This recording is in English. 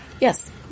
Yes